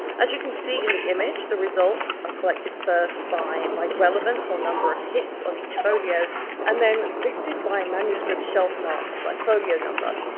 as you can see in the image, the results are collected first by by relevance or number of hits on each folio and then listed by manuscript shelfmark and by folio number.